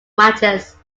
matches